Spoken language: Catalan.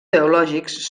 teològics